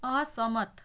असहमत